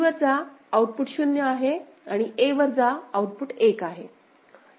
b वर जा output 0 आहे आणि a वर जा आउटपुट 1 आहे